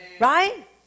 right